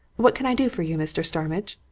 what can i do for you, mr. starmidge?